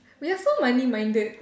we are so money minded